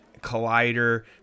collider